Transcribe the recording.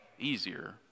easier